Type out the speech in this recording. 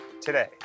today